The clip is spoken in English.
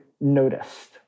noticed